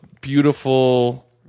beautiful